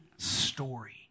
story